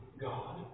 God